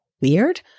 weird